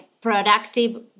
productive